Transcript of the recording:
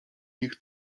nich